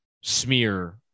smear